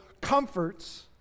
comforts